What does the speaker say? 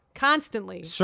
Constantly